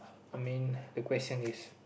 I mean the question is